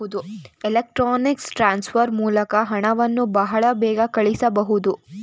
electronics transfer ಮೂಲಕ ಹಣವನ್ನು ಬಹಳ ಬೇಗ ಕಳಿಸಬಹುದು